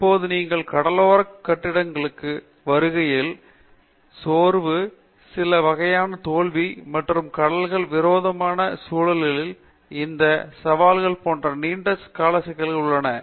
இப்போது நீங்கள் கடலோர கட்டிடங்களுக்கு வருகையில் சோர்வு சில வகையான தோல்வி மற்றும் கடல்களில் விரோதமான சூழலில் இந்த சவால்கள் போன்ற நீண்ட கால சிக்கல்கள் உள்ளன